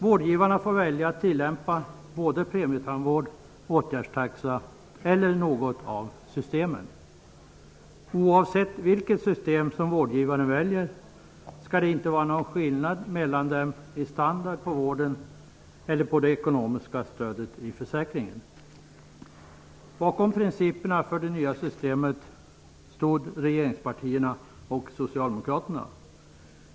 Vårdgivarna får välja att tillämpa både premietandvård och åtgärdstaxa eller något av systemen. Oavsett vilket system som vårdgivaren väljer skall det inte vara någon skillnad mellan dem i standard på vården eller på det ekonomiska stödet i försäkringen. Bakom principerna för det nya systemet stod regeringspartierna och Socialdemokraterna.